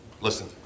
listen